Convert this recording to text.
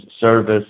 service